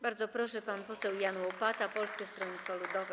Bardzo proszę, pan poseł Jan Łopata, Polskie Stronnictwo Ludowe.